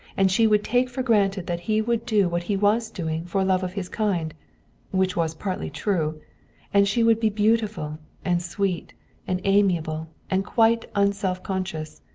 and she would take for granted that he would do what he was doing for love of his kind which was partly true and she would be beautiful and sweet and amiable and quite unself-conscious.